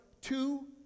two